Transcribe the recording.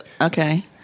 Okay